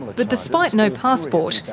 but despite no passport,